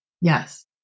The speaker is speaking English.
Yes